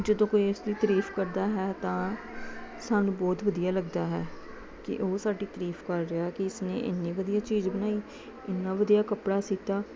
ਜਦੋਂ ਕੋਈ ਇਸ ਦੀ ਤਰੀਫ ਕਰਦਾ ਹੈ ਤਾਂ ਸਾਨੂੰ ਬਹੁਤ ਵਧੀਆ ਲੱਗਦਾ ਹੈ ਕਿ ਉਹ ਸਾਡੀ ਤਾਰੀਫ ਕਰ ਰਿਹਾ ਕਿ ਇਸਨੇ ਇੰਨੀ ਵਧੀਆ ਚੀਜ਼ ਬਣਾਈ ਇੰਨਾ ਵਧੀਆ ਕੱਪੜਾ ਸੀਤਾ